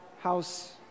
house